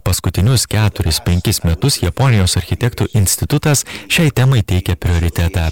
paskutinius keturis penkis metus japonijos architektų institutas šiai temai teikia prioritetą